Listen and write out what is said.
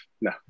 No